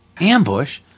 Ambush